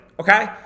Okay